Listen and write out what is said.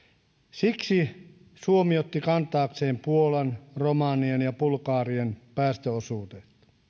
siksi suomi otti kantaakseen puolan romanian ja bulgarian päästöosuudet